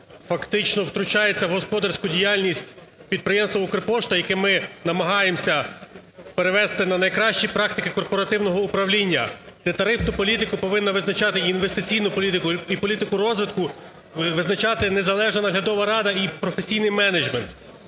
фактично втручається в господарську діяльність підприємства "Укрпошта", яке ми намагаємося перевести на найкращі практики корпоративного управління. Тарифну політику повинна визначати, і інвестиційну політику, і політику розвитку, визначати незалежна наглядова рада і професійний менеджмент.